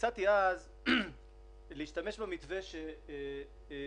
הצעתי אז להשתמש במתווה שמימשנו,